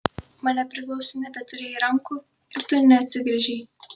mane priglausti nebeturėjai rankų ir tu neatsigręžei